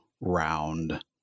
round